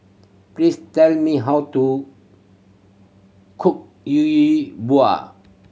please tell me how to cook Yi Bua